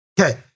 Okay